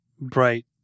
bright